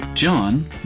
John